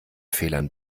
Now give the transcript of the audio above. fehlern